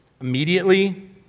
immediately